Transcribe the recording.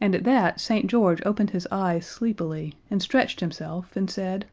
and at that st. george opened his eyes sleepily, and stretched himself and said